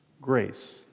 grace